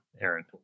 Aaron